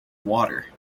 water